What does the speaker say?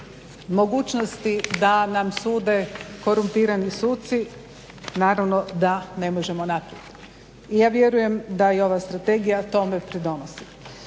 mogućnosti da nam sude korumpirani suci naravno da ne možemo naprijed. Ja vjerujem da i ova strategija tome pridonosi.